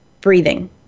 breathing